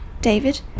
David